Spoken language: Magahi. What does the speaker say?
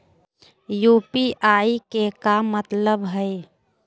यू.पी.आई के का मतलब हई?